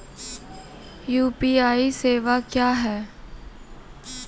UPI सेवा क्या हैं?